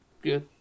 Good